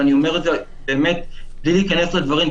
ואני אומר את זה באמת בלי להיכנס לדברים,